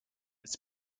its